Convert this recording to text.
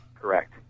correct